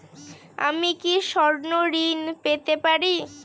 আমি কি স্বর্ণ ঋণ পেতে পারি?